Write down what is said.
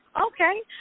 okay